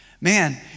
Man